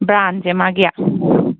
ꯕ꯭ꯔꯥꯟꯖꯦ ꯃꯥꯒꯤ